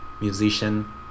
musician